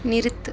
நிறுத்து